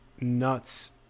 nuts